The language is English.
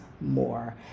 more